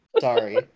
Sorry